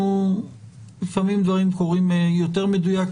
לפעמים דברים קורים יותר במדויק,